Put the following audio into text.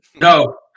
No